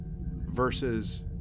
versus